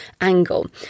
angle